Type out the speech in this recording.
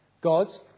God's